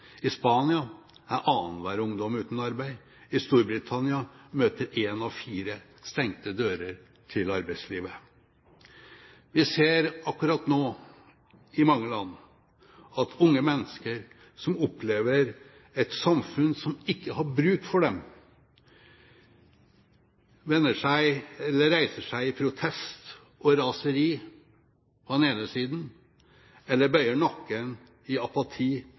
I Spania er annenhver ungdom uten arbeid, i Storbritannia møter én av fire stengte dører til arbeidslivet. Vi ser akkurat nå i mange land at unge mennesker som opplever et samfunn som ikke har bruk for dem, reiser seg i protest og raseri på den ene siden, eller bøyer nakken i apati,